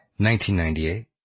1998